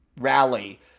rally